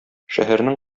шәһәрнең